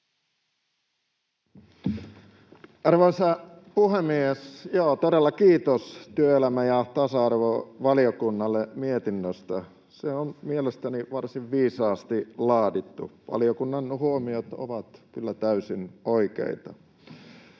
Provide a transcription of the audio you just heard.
Arvoisa puhemies! Joo, todella kiitos työelämä‑ ja tasa-arvovaliokunnalle mietinnöstä. Se on mielestäni varsin viisaasti laadittu. Valiokunnan huomiot ovat kyllä täysin oikeita.